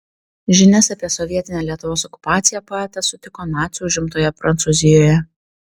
žinias apie sovietinę lietuvos okupaciją poetas sutiko nacių užimtoje prancūzijoje